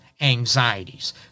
anxieties